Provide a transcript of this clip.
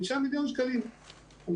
מצגת.